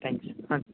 tank you ಹಾಂ